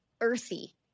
earthy